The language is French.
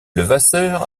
levasseur